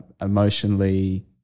emotionally